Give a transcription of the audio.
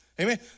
Amen